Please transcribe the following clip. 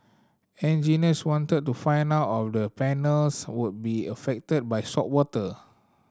engineers wanted to find out of the panels would be affected by saltwater